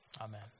Amen